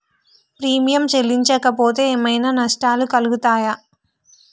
Premium చెల్లించకపోతే ఏమైనా నష్టాలు కలుగుతయా?